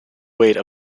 weight